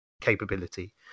capability